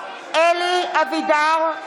אלי אבידר,